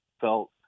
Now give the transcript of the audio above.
felt